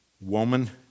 Woman